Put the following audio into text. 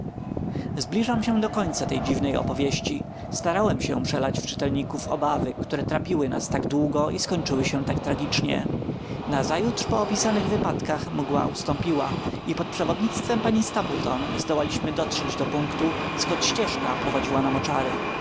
zbliżam się do końca tej dziwnej opowieści starałem się przelać w czytelników obawy które trapiły nas tak długo i skończyły się tak tragicznie nazajutrz po opisanych wypadkach mgła ustąpiła i pod przewodnictwem pani stapleton zdołaliśmy dotrzeć do punktu skąd ścieżka prowadziła na